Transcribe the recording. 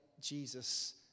Jesus